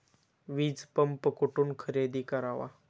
वीजपंप कुठून खरेदी करावा?